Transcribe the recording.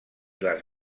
les